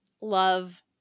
love